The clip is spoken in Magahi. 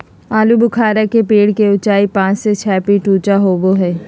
आलूबुखारा के पेड़ के उचाई पांच से छह फीट ऊँचा होबो हइ